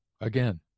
Again